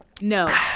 No